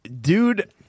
Dude